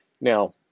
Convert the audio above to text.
Now